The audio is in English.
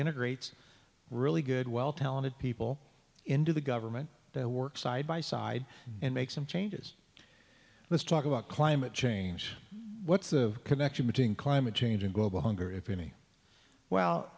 integrates really good well talented people into the government they work side by side and make some changes let's talk about climate change what's the connection between climate change and global hunger if any well